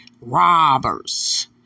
robbers